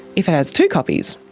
if it has two copies,